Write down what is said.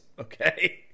Okay